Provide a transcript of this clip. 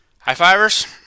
high-fivers